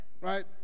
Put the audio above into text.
right